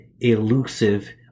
elusive